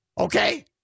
Okay